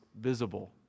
visible